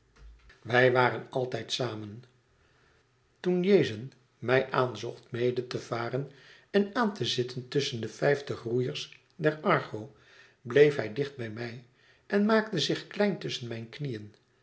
wij waren altijd samen toen iazon mij aan zocht mede te varen en aan te zitten tusschen de vijftig roeiers der argo bleef hij dicht bij mij en maakte zich klein tusschen mijn knieën